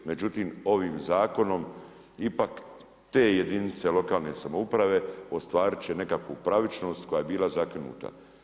Međutim, ovim zakonom ipak te jedinice lokalne samouprave ostvariti će nekakvu pravičnost koja je bila zakinuta.